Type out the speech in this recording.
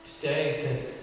today